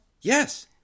Yes